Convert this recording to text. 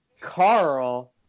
Carl